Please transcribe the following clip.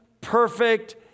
perfect